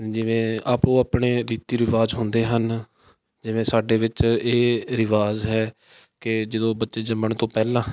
ਜਿਵੇਂ ਆਪੋ ਆਪਣੇ ਰੀਤੀ ਰਿਵਾਜ਼ ਹੁੰਦੇ ਹਨ ਜਿਵੇਂ ਸਾਡੇ ਵਿੱਚ ਇਹ ਰਿਵਾਜ਼ ਹੈ ਕਿ ਜਦੋਂ ਬੱਚੇ ਜੰਮਣ ਤੋਂ ਪਹਿਲਾਂ